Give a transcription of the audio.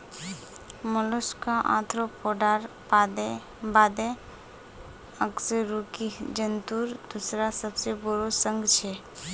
Mollusca आर्थ्रोपोडार बादे अकशेरुकी जंतुर दूसरा सबसे बोरो संघ छे